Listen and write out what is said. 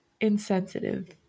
insensitive